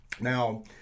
Now